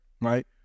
right